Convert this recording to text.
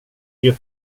gör